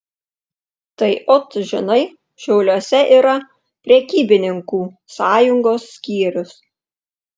tai ot žinai šiauliuose yra prekybininkų sąjungos skyrius